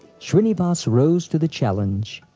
shrinivas rose to the challenge.